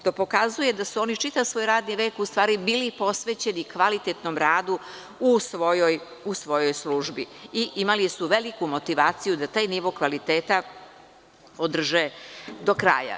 To pokazuje da su oni čitav svoj radni vek u stvari bili posvećeni kvalitetnom radu u svojoj službi i imali su veliku motivaciju da taj nivo kvaliteta održe do kraja.